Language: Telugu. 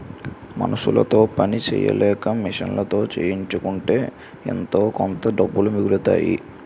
మనుసులతో పని సెయ్యలేక మిషన్లతో చేయించుకుంటే ఎంతోకొంత డబ్బులు మిగులుతాయి